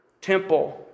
Temple